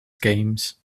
games